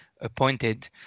appointed